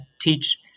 teach